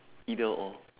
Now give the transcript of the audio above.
either or